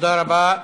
תודה רבה.